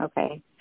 Okay